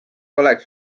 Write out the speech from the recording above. oleks